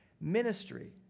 ministry